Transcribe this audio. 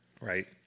Right